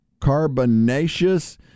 carbonaceous